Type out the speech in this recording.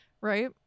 Right